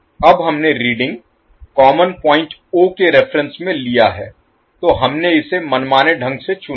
अब हमने reading common point O के रेफेरेंस में लिया है तो हमने इसे मनमाने ढंग से चुना है